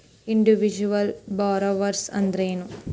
Individual borrowers ಅಂದ್ರೇನು?